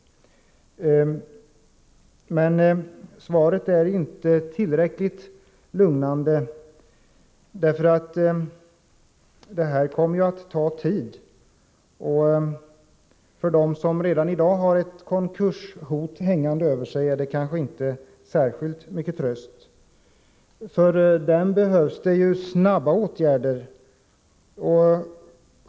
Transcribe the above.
Men svaret är inte tillräckligt lugnande. Detta kommer ju att ta tid, och för dem som redan i dag har ett konkurshot hängande över sig är det inte till särskilt mycket tröst. För dem behövs snabba åtgärder.